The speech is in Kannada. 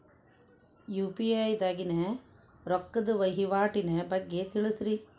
ಯು.ಪಿ.ಐ ದಾಗಿನ ರೊಕ್ಕದ ವಹಿವಾಟಿನ ಬಗ್ಗೆ ತಿಳಸ್ರಿ